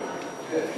כן.